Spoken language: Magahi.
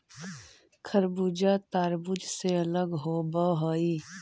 खरबूजा तारबुज से अलग होवअ हई